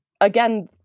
again